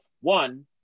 One